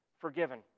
forgiven